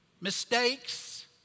mistakes